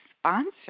sponsor